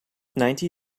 ninety